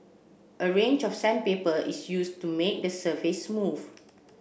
a range of sandpaper is used to make the surface smooth